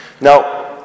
Now